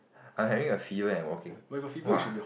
I having a fever and working !wah!